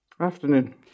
Afternoon